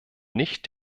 nicht